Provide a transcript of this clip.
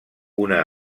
una